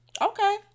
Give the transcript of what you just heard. okay